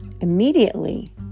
Immediately